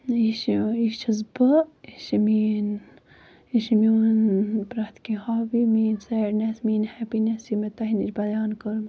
یہِ چھُ یہِ چھَس بہٕ یہِ چھےٚ میٲنۍ یہِ چھُ میون پرٮ۪تھ کیٚنٛہہ ہابی میٲنۍ سیڈنٮ۪س میٲنۍ ہیپینٮ۪س یہِ مےٚ تۄہہِ نِش بَیان کٔرمَو